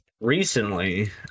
recently